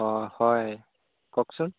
অঁ হয় কওকচোন